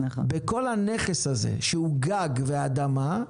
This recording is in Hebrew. בכל הנכס הזה שהוא גג ואדמה,